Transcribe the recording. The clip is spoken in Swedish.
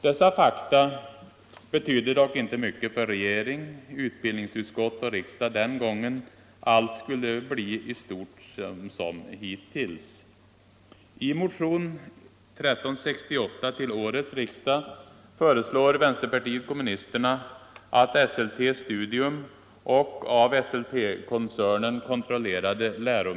Dessa fakta betydde dock inte mycket för regering, utbildningsutskott och riksdag den gången. Allt skulle i stort förbli som det var.